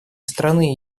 страны